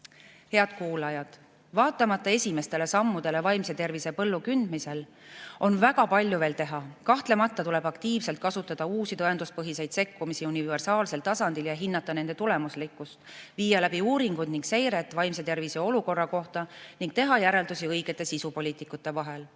kuulajad! Vaatamata esimestele sammudele vaimse tervise põllu kündmisel on väga palju veel teha. Kahtlemata tuleb aktiivselt kasutada uusi tõenduspõhiseid sekkumisi universaalsel tasandil ja hinnata nende tulemuslikkust, viia läbi uuringuid ning seiret vaimse tervise olukorra kohta ning teha järeldusi õigete sisupoliitikate vahel.